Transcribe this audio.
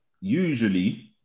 usually